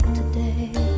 today